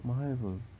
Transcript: mahal [pe]